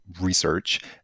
research